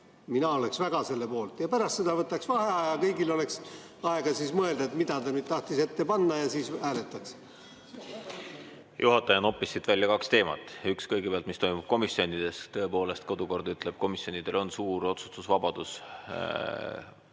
mina oleksin väga selle poolt. Pärast seda võtaks vaheaja ja kõigil oleks aega mõelda, mida ta nüüd tahtis ette panna, ja siis hääletaks. Juhataja noppis siit välja kaks teemat. Kõigepealt, mis toimub komisjonides. Tõepoolest, kodukord ütleb, et komisjonidel on suur otsustusvabadus